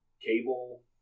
cable